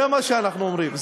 זה מה שאנחנו אומרים.